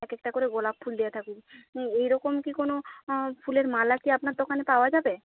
একেকটা করে গোলাপ ফুল দেওয়া থাকুক এইরকম কি কোনো ফুলের মালা কি আপনার দোকানে পাওয়া যাবে